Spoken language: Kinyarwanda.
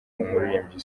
umuririmbyi